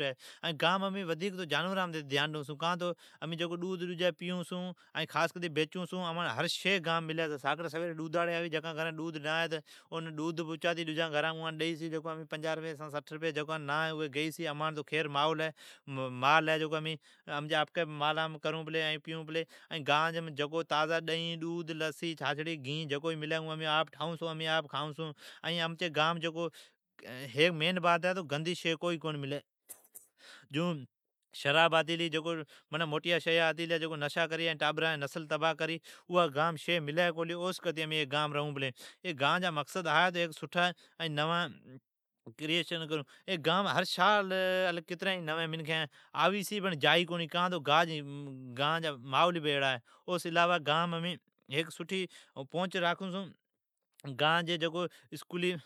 ھی ۔گام امین وڈھیک جانوران متھی دھیان دیئون چھون۔ ڈودھ ڈجی پیئون چھون۔ ائین خاص کرتی بیچون سو ن۔ امچی گانم ھر شئی ملی ساکڑی سویر ڈودھاڑی آوی چھی۔ جکان گھرین ڈودھ نہ ھوی اون اچاتی ڈیئی چھی ائین پنجاھ روپیئی جی یا سٹھ روپیئی جی گیئی چھی۔ امانٹھ توخیر ھی مال ھی ۔ آپکی ھی امین کھئون چھون پیئون چھون۔ تازی ڈودھد ، ڈہنی ،چھاچھڑی، گھی جکو ھی ملی اوا امین آپ ٹھائون چھون امی آپ کھائون چھون۔ امچی گانم گندیا شیا کونی مالی جکیم شراب آتی گلا جکو ٹابران جی نسل تبھا کری چھی، اوا شئی اٹھی منین ملی کوللی او سون کرتی امین ای گام ریئون پلی۔ ای گان جا مقصد ہے، ای گام ھر سال الی کترین منکھن آوی چھی بڑ پوٹھی جائین کونی کان تو ای گان جا ماحول ایڑا ہے او سون علاوہ ای گانم امین سٹھی پھنچ راکھون چھو۔ گان جی جکو اسکولیم